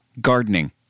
gardening